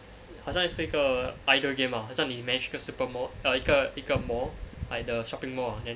好像是一个 idle game ah 好像你 manage 一个 super mall uh 一个一个 mall like the shopping mall ah then